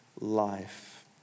life